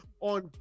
on